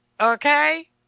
Okay